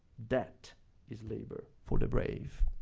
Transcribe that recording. that is labor for the brave.